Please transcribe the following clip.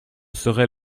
serais